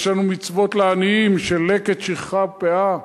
יש לנו מצוות, מתנות עניים, של לקט, שכחה ופאה,